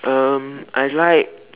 um I like